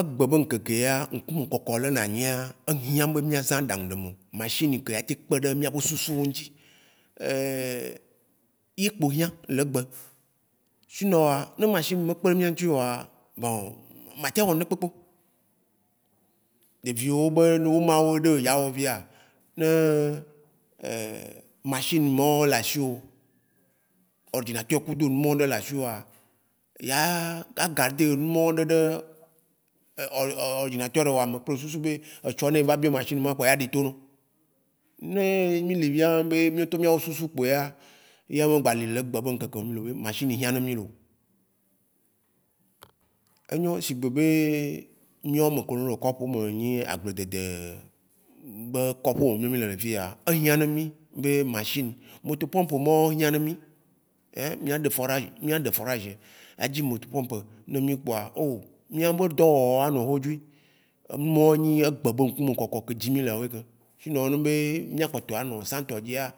Egbe be ŋkeke ŋkumekɔkɔ le na nyia, ehiã be mìazã aɖaŋɖemɔ, machine ke atem kpe ɖe mìa ƒe susuwo ŋuti. Ye kpo hiã le egbe, sinonwa, ne machine me kpeɖe mìa ŋuti o oa, matea wɔ ŋɖekpekpeo. Ɖeviwo be oma ɖewo edza wɔ via, ne machine mɔwo la siwò, ordinateur kudo enumɔwo be ɖe la siwòa, ya garder numɔwo ɖe ɖe ordinateur me kple susu be etsɔ ne eva biɔ machine ma kpoa, ya ɖe to nɔ. Ne mì li via be mìɔŋtɔ mìabe susu kpo ya, ya me gba li le egbe be ŋkeke me via lekeo, machine hiã ne mì loo. Enyo, sigbe be mìa amekewo le kɔƒe me, nyi agbledede be kɔƒe me mì le le fiya, ehiã ne mì be machine moto pompe mɔwo hiã ne mì. Mìaɖe forage, adzi moto pompe mɔwo ne mì kpoa, oh mìabe dɔwɔwɔwo anɔ wodzui. Emɔwoe nye egbe be ŋkumekɔkɔ ke dzim mì lea woe keŋ. Sinon ne nyi be mìa nɔ sã xoxotɔa dzia,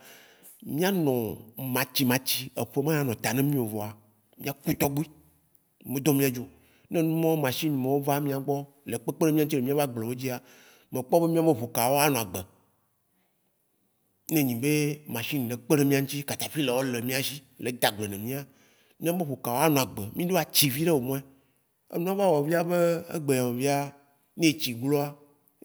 mìanɔ matimati, eƒe me ya nɔ ta ne mì o vɔa, mìaku tɔgbui, me dɔ̃ mìa dzi o. Ne nu mɔwo, machine mɔwo va mìa gbɔ le kpekpem ɖe mìa ŋti le mìabe agblewo dzia, mekpɔ be mìabe ʋukawo anɔ agbe. Ne enyi be machinewo le kpe ɖe mìa ŋti, catapilawo le da gble ne mìa, mìa be ʋukawo anɔ agbe. Mìadzo atsi viɖe o moin. Enua va wɔe via be egbea ne etsi gloa,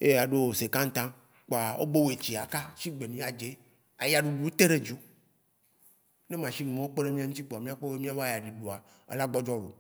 ye aɖo cinquante ans kpoa wo be etsi kaka si kpɔ adze ye, ayaɖuɖu ye te ɖe dziwo. Ne machine mɔwo kpe ɖe mìa ŋtia, mìa ŋuti κpoa, mìakpɔ be mìabe ayaɖuɖua ela gbɔdzɔ loo.